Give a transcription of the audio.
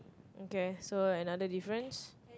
okay so another difference